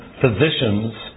physicians